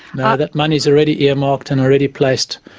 no, that money's already earmarked and already placed